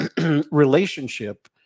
relationship